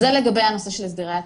זה לגבי הנושא של הסדרי הטיעון.